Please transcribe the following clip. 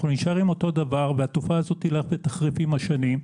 אנחנו נישאר עם אותו דבר והתופעה הזאת תלך ותחריף עם השנים.